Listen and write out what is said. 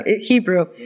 Hebrew